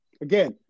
again